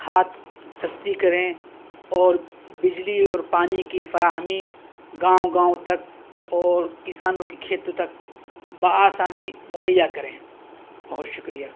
کھاد سستی کریں اور بجلی اور پانی کی فراہمی گاؤں گاؤں تک اور کسانوں کی کھیتوں تک بآسانی مہیا کریں بہت شکریہ